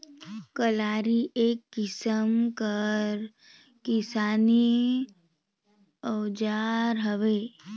कलारी एक किसिम कर किसानी अउजार हवे